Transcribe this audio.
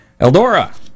eldora